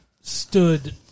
stood